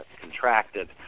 contracted